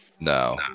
No